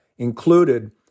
included